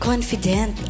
Confident